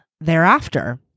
thereafter